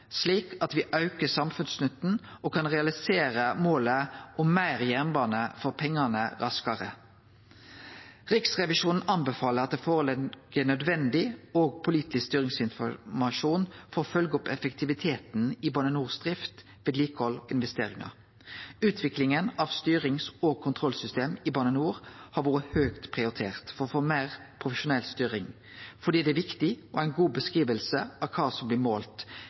slik at vi aukar samfunnsnytten og kan realisere målet om meir jernbane for pengane raskare. Riksrevisjonen anbefaler at det ligg føre ein nødvendig og politisk styringsinformasjon for å følgje opp effektiviteten i Bane NORs drift, vedlikehald og investeringar. Utviklinga av styrings- og kontrollsystem i Bane NOR har vore høgt prioritert for å få meir profesjonell styring, og fordi det er viktig å ha ei god beskriving av kva som blir målt,